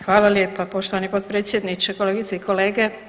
Hvala lijepa poštovani potpredsjedniče, kolegice i kolege.